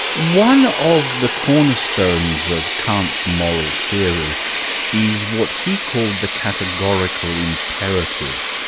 one of the cornerstones of kant's moral theory is what he called the categorical imperative.